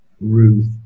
Ruth